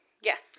Yes